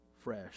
Fresh